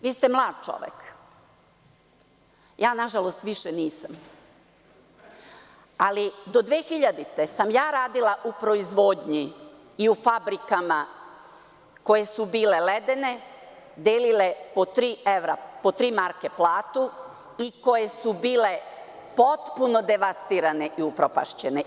Vi ste mlad čovek, ja nažalost više nisam, ali do 2000. godine sam radila u proizvodnji i u fabrikama koje su bile ledene, delile po tri marke platu i koje su bile potpuno devastirane i upropašćene.